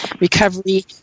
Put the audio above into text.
recovery